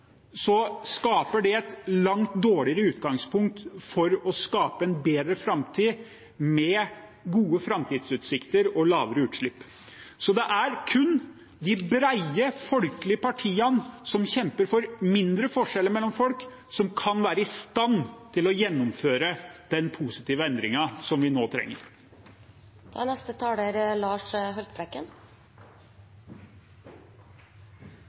så viktig debatt som denne debatten i energi- og miljøkomiteen på Stortinget er, å finne den. Når vi har norgeshistoriens mest markedsliberalistiske regjering, som bevisst øker de økonomiske forskjellene mellom folk, skaper det et langt dårligere utgangspunkt for å skape en bedre framtid, med gode framtidsutsikter og lavere utslipp. Det er kun de brede, folkelige partiene, som kjemper for mindre forskjeller mellom folk, som